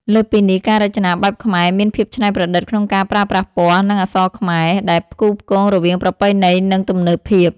លើសពីនេះ ការរចនាបែបខ្មែរមានភាពច្នៃប្រឌិតក្នុងការប្រើប្រាស់ពណ៌ និងអក្សរខ្មែរ ដែលផ្គូផ្គងរវាងប្រពៃណី និងទំនើបភាព។